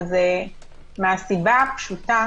אבל זה מהסיבה הפשוטה